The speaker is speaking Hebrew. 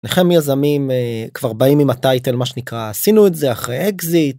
שנינכם יזמים, כבר באים עם ה"טייטל" מה שנקרא, "עשינו את זה", אחרי אקזיט.